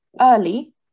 early